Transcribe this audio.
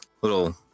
little